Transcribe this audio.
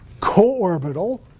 co-orbital